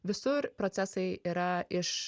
visur procesai yra iš